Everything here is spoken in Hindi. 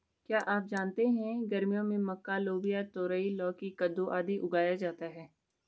क्या आप जानते है गर्मियों में मक्का, लोबिया, तरोई, लौकी, कद्दू, आदि उगाया जाता है?